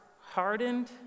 hardened